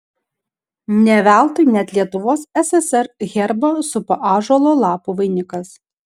ne veltui net lietuvos ssr herbą supo ąžuolo lapų vainikas